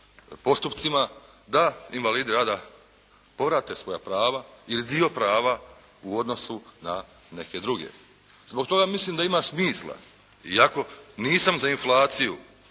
postupcima da invalidi rada povrate svoja prava ili dio prava u odnosu na neke druge. Zbog toga mislim da ima smisla iako nisam za inflaciju